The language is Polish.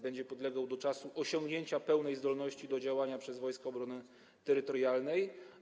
Będzie mu podlegał do czasu osiągnięcia pełnej zdolności do działania przez Wojska Obrony Terytorialnej.